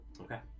Okay